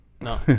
no